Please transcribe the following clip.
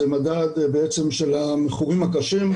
זה מדד של המכורים הקשים,